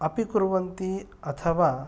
अपि कुर्वन्ति अथवा